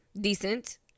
decent